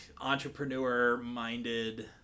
entrepreneur-minded